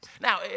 Now